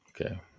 Okay